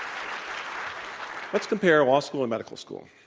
um let's compare law school and medical school.